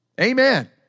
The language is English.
Amen